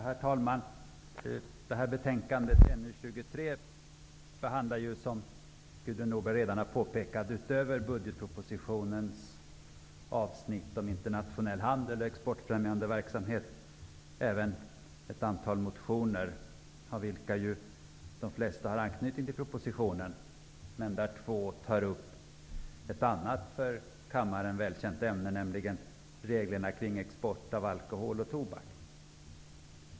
Herr talman! I betänkande NU23 behandlas, som Gudrun Norberg redan har påpekat, förutom budgetpropositionens avsnitt om internationell handel och exportfrämjande verksamhet även ett antal motioner. De flesta av dessa har anknytning till propositionen. Men i två av motionerna tar man upp ett annat för kammaren välkänt ämne, nämligen reglerna beträffande export av alkohol och tobak.